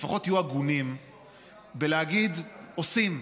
לפחות תהיו הגונים בלהגיד: עושים.